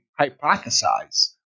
hypothesize